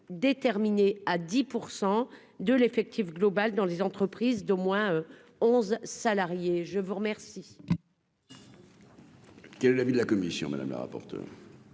déterminée à 10 % de l'effectif global dans les entreprises d'au moins 11 salariés, je vous remercie.